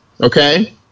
okay